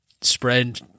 spread